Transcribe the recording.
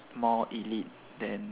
more elite than